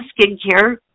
skincare